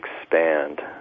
expand